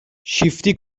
شیفتی